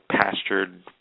pastured